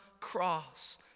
cross